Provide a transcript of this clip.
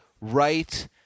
right